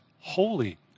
holy